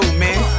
man